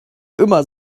immer